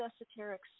esoteric